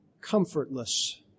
comfortless